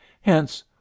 Hence